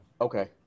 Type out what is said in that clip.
Okay